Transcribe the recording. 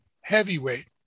heavyweight